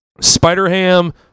Spider-Ham